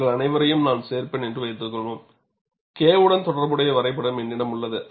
அவர்கள் அனைவரையும் நான் சேர்ப்பேன் என்று வைத்துக்கொள்வோம் K உடன் தொடர்புடைய வரைபடம் என்னிடம் உள்ளது